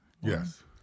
Yes